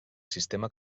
sistema